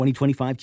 2025